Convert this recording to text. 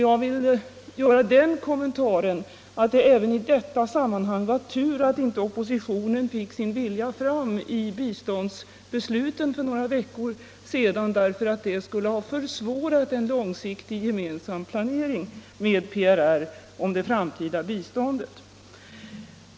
Jag vill göra den kommentaren att det även i detta sammanhang var tur att inte oppositionen fick sin vilja fram vid biståndsbesluten för några veckor sedan, eftersom det skulle ha försvårat en långsiktig gemensam planering med PRR om det framtida biståndet.